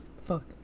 Fuck